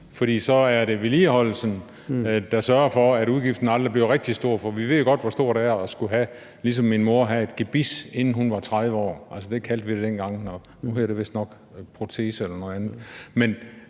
for så er det vedligeholdelsen, der sørger for, at udgiften aldrig bliver rigtig stor. For vi ved jo godt, hvor stor den udgift for at skulle have et gebis, ligesom min mor havde, inden hun var 30 år, er – altså, det kaldte vi det dengang, nu hedder det vistnok protese eller noget andet.